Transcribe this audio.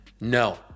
no